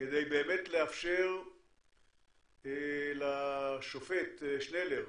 כדי באמת לאפשר לשופט שנלר,